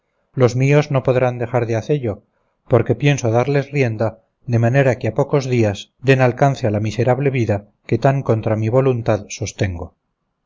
los míos no podrán dejar de hacello porque pienso darles rienda de manera que a pocos días den alcance a la miserable vida que tan contra mi voluntad sostengo